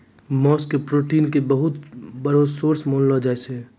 मांस के प्रोटीन के बहुत बड़ो सोर्स मानलो जाय छै